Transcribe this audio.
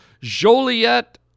Joliet